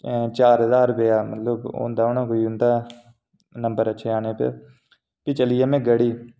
चार ज्हार रुपेआ मतलब होंदा होना कोई नम्बर अच्छे औने पर भी चली गेआ में गढ़ी